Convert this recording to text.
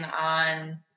on